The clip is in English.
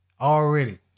already